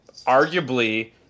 arguably